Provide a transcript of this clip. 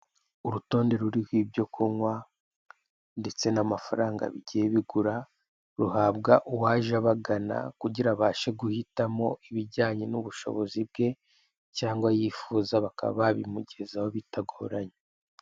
Urutonde ruriho ibyo kunywa ndetse n'amafaranga bigiye bigura, ruhabwa uwaje abagana kugira abashe guhitamo ibijyanye n'ubushobozi bwe, cyangwa yifuza; bakaba babimugezaho bitagoranye.